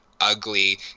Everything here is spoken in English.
ugly